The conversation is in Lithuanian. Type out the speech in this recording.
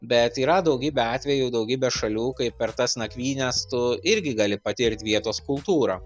bet yra daugybė atvejų daugybė šalių kai per tas nakvynes tu irgi gali patirt vietos kultūrą